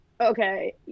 okay